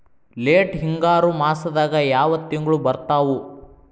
Late ಹಿಂಗಾರು ಮಾಸದಾಗ ಯಾವ್ ತಿಂಗ್ಳು ಬರ್ತಾವು?